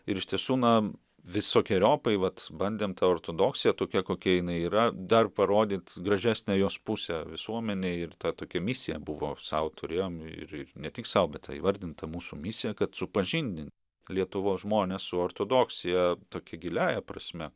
ir iš tiesų na visokeriopai vat bandėm tą ortodoksiją tokią kokia jinai yra dar parodyt gražesnę jos pusę visuomenei ir ta tokia misija buvo sau turėjom ir ir ne tik sau bet ta įvardinta mūsų misija kad supažindint lietuvos žmones su ortodoksija tokia giliąja prasme